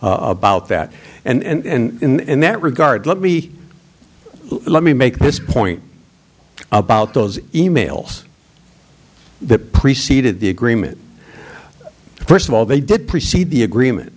about that and in that regard let me let me make this point about those e mails that preceded the agreement first of all they did precede the agreement